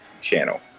channel